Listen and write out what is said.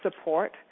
support